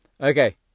Okay